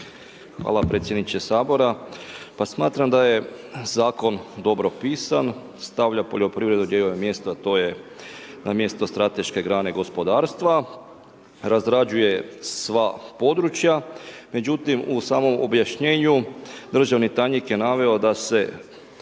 Hvala predsjedniče Sabora. Pa smatram da je zakon dobro pisan, stavlja poljoprivredu gdje joj je mjesto, a to je na mjesto strateške grane gospodarstva, razrađuje sva područja, međutim u samom objašnjenju državni tajnik je naveo da se